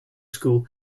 school